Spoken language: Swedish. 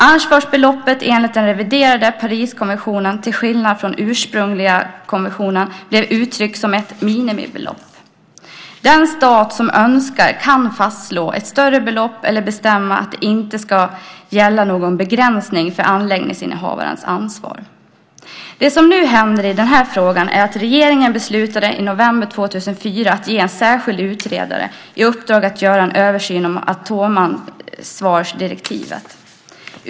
Ansvarsbeloppet enligt den reviderade Pariskonventionen till skillnad från den ursprungliga konventionen blev uttryckt som ett minimibelopp. Den stat som önskar kan fastslå ett större belopp eller bestämma att det inte ska gälla någon begränsning för anläggningsinnehavarens ansvar. Det som nu hänt i den här frågan är att regeringen i november 2004 har beslutat att ge en särskild utredare i uppdrag att göra en översyn av atomansvarsdirektivet.